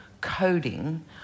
coding